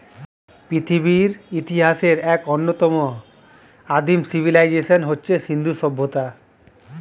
পৃথিবীর ইতিহাসের এক অন্যতম আদিম সিভিলাইজেশন হচ্ছে সিন্ধু সভ্যতা